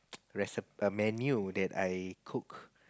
reci~ a menu that I cook